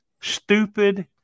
stupid